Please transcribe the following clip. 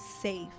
Safe